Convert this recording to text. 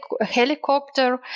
helicopter